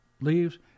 leaves